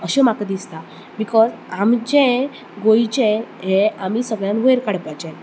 अशें म्हाका दिसता बिकॉझ आमचें गोंयचें ह्यें आमी सगळ्यांत वयर काडपाचें